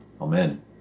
Amen